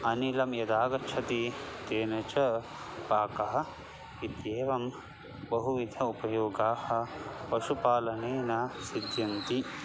अनिलं यदागच्छति तेन च पाकम् इत्येवं बहुविधाः उपयोगाः पशुपालनेन सिध्यन्ति